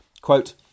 Quote